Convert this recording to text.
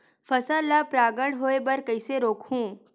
फसल ल परागण होय बर कइसे रोकहु?